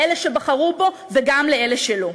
לאלה שבחרו בו וגם לאלה שלא.